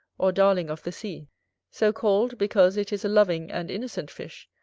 or darling of the sea so called, because it is a loving and innocent fish,